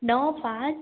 णव पांच